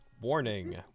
Warning